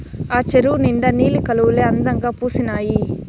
ఆ చెరువు నిండా నీలి కలవులే అందంగా పూసీనాయి